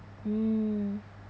mm